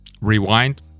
rewind